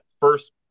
first